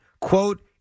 Quote